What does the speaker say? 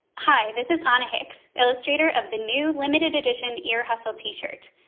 hi, this is anna hicks, illustrator of the new limitededition ear hustle t-shirt.